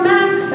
Max